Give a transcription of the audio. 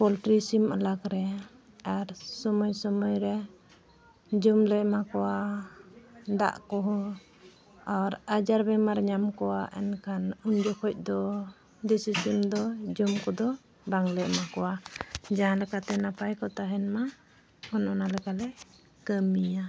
poultry ᱥᱤᱢ ᱟᱞᱟᱠ ᱨᱮ ᱟᱨ ᱥᱚᱢᱚᱭ ᱥᱚᱢᱚᱭ ᱨᱮ ᱡᱚᱢ ᱞᱮ ᱮᱢᱟ ᱠᱚᱣᱟ ᱫᱟᱜ ᱠᱚᱦᱚᱸ ᱟᱨ ᱟᱡᱟᱨ ᱵᱮᱢᱟᱨ ᱧᱟᱢ ᱠᱚᱣᱟ ᱮᱱᱠᱷᱟᱱ ᱩᱱ ᱡᱚᱠᱷᱚᱡ ᱫᱚ ᱫᱮᱥᱤ ᱥᱤᱢ ᱫᱚ ᱡᱚᱢ ᱠᱚᱫᱚ ᱵᱟᱝᱞᱮ ᱮᱢᱟ ᱠᱚᱣᱟ ᱡᱟᱦᱟᱸ ᱞᱮᱠᱟᱛᱮ ᱱᱟᱯᱟᱭ ᱠᱚ ᱛᱟᱦᱮᱱ ᱢᱟ ᱚᱱᱚᱱᱟ ᱞᱮᱠᱟ ᱞᱮ ᱠᱟᱹᱢᱤᱭᱟ